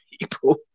people